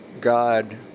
God